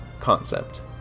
concept